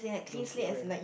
don't program